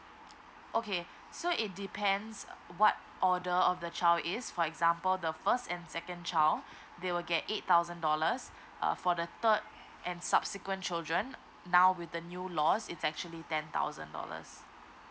okay so it depends what order of the child is for example the first and second child they will get eight thousand dollars uh for the third and subsequent children now with the new laws is actually ten thousand dollars